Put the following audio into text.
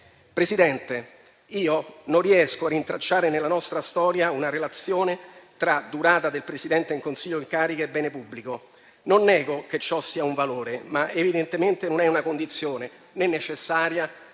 Presidente, non riesco a rintracciare nella nostra storia una relazione tra durata del Presidente del Consiglio in carica e bene pubblico; non nego che ciò sia un valore, ma evidentemente non è una condizione né necessaria, né